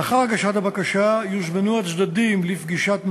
לאחר הגשת הבקשה יוזמנו הצדדים לפגישת מידע,